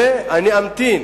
ואני אמתין